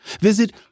visit